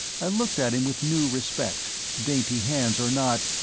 i looked at him with new respect dainty hands or not,